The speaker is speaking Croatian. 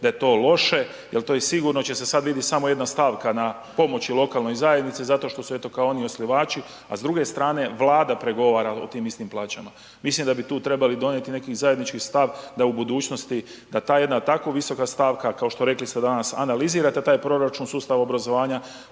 da je to loše jer to je sigurno će se sad vidjeti samo jedna stavka na pomoći lokalnoj zajednici zato što su eto, kao oni osnivači, a s druge strane, Vlada pregovara o tim istim plaćama. Mislim da bi tu trebali donijeti nekakvim zajednički stav da u budućnosti da ta jedna tako visoka stavka kao što je, rekli ste danas, analizirate taj proračun, sustav obrazovanja,